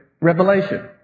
revelation